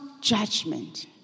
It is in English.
judgment